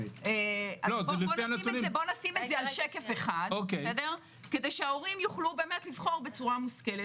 נשים את זה על שקף אחד כדי שההורים יוכלו לבחור בצורה מושכלת.